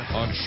on